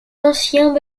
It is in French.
anciens